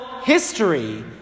history